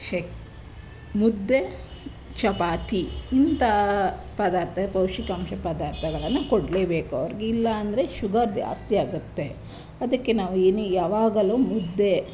ಶಕ್ ಮುದ್ದೆ ಚಪಾತಿ ಇಂಥ ಪದಾರ್ಥ ಪೌಷ್ಟಿಕಾಂಶ ಪದಾರ್ಥಗಳನ್ನು ಕೊಡಲೇಬೇಕು ಅವ್ರಿಗೆ ಇಲ್ಲ ಅಂದ್ರೆ ಶುಗರ್ ಜಾಸ್ತಿಯಾಗುತ್ತೆ ಅದಕ್ಕೆ ನಾವು ಏನೇ ಯಾವಾಗಲೂ ಮುದ್ದೆ